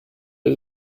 did